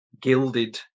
gilded